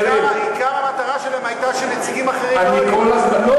עיקר המטרה שלהם הייתה שנציגים אחרים לא יהיו, לא.